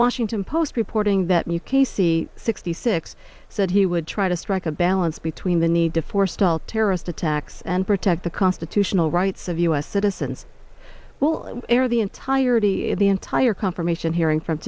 washington post reporting that new casey sixty six said he would try to strike a balance between the need to forestall terrorist attacks and protect the constitutional rights of u s citizens will air the entirety of the entire confirmation hearing from